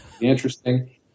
interesting